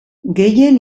gehien